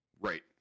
Right